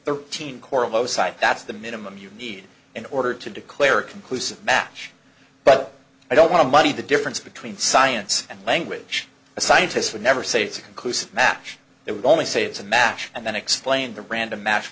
lowside that's the minimum you need in order to declare a conclusive match but i don't want to muddy the difference between science and language a scientists would never say it's a conclusive match that would only say it's a match and then explain the random ma